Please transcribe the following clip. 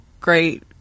great